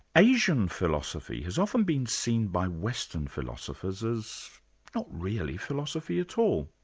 asian philosophy has often been seen by western philosophers as not really philosophy at all.